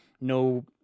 no